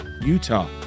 Utah